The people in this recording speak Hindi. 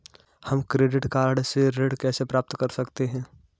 हम क्रेडिट कार्ड से ऋण कैसे प्राप्त कर सकते हैं?